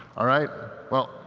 all right? well,